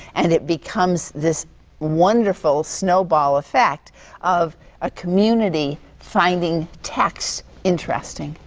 and it becomes this wonderful snowball effect of a community finding text interesting.